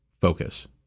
Focus